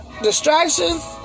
Distractions